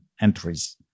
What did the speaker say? entries